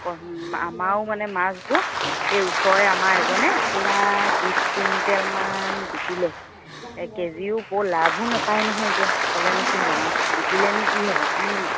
কম আমাও মানে মাছবোৰ এই ওচৰৰে আমাৰ এজনে পূৰা বিছ কুইণ্টেলমান বিকিলে কেজিও বৰ লাভো নাপায় নহয় এতিয়া ক'লেনো কি হ'ব মাছ বিকিলেনো কি হ'ব